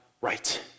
right